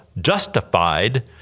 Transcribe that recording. justified